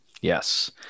Yes